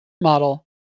model